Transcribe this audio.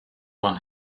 one